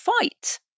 fight